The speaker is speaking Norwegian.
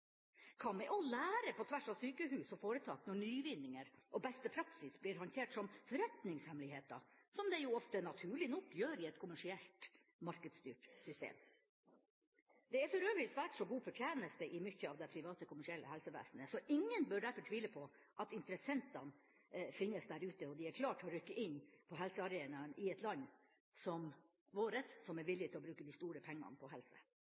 Hva med å lære på tvers av sykehus og foretak når nyvinninger og «beste praksis» blir håndtert som forretningshemmeligheter, som de ofte, naturlig nok, gjør i et kommersielt, markedsstyrt system? Det er for øvrig svært så god fortjeneste i mye av det private, kommersielle helsevesenet. Ingen bør derfor tvile på at interessentene finnes der ute, klare til å rykke inn på helsearenaen i et land som vårt, som er villig til å bruke de store pengene på helse.